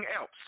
else